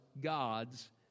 God's